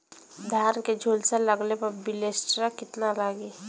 धान के झुलसा लगले पर विलेस्टरा कितना लागी?